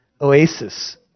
oasis